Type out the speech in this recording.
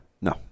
No